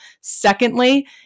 Secondly